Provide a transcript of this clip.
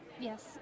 Yes